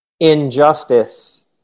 Injustice